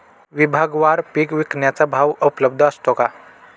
विभागवार पीक विकण्याचा भाव उपलब्ध असतो का?